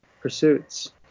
pursuits